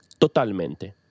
totalmente